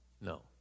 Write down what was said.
No